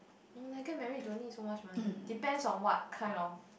when I get married don't need so much money depends on what kind of